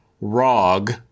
Rog